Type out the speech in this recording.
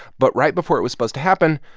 but right before it was supposed to happen,